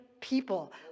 people